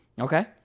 Okay